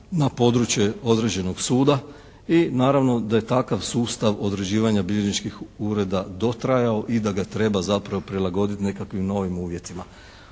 na područje određenog suda i naravno da je takav sustav određivanja bilježničkih ureda dotrajao i da ga treba zapravo prilagoditi nekakvim novim uvjetima.